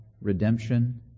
redemption